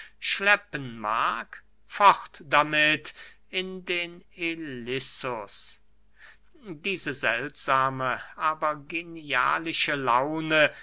schleppen mag fort damit in den ilissus diese seltsame aber genialische laune